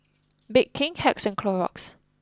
Bake King Hacks and Clorox